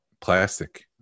plastic